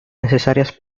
necesarias